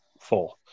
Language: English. four